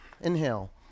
Inhale